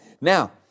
Now